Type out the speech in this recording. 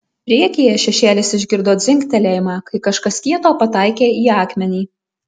priekyje šešėlis išgirdo dzingtelėjimą kai kažkas kieto pataikė į akmenį